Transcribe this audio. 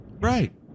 Right